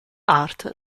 art